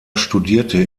studierte